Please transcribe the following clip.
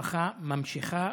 המשפחה ממשיכה